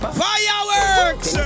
fireworks